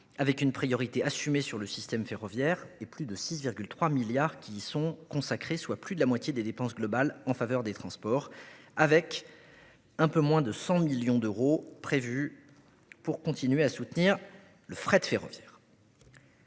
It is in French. avec une priorité assumée pour le système ferroviaire. Ainsi, plus de 6,3 milliards d'euros lui sont consacrés, soit plus de la moitié des dépenses globales en faveur des transports. Dans ce cadre, un peu moins de 100 millions d'euros sont prévus pour continuer à soutenir le fret ferroviaire.